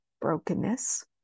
brokenness